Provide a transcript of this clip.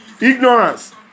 ignorance